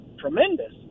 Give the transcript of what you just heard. tremendous